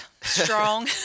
strong